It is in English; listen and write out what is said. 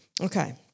Okay